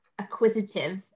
acquisitive